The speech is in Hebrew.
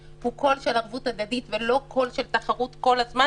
הוא קול של ערבות הדדית ולא קול של תחרות כל הזמן,